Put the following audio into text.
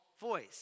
voice